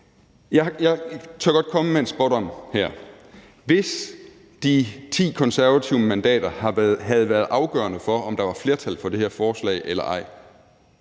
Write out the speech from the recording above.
Jeg tør godt komme med en spådom her: Hvis de ti konservative mandater havde været afgørende for, om der var flertal for det her forslag eller ej,